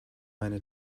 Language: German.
meine